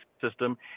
system